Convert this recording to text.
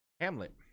Hamlet